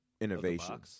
innovation